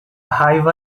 raiva